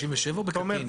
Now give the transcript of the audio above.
67 או בקטין?